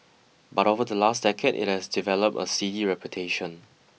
but over the last decade it has developed a seedy reputation